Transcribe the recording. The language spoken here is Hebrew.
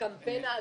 הקמפיין האגרסיבי,